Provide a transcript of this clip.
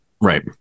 Right